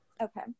okay